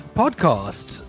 podcast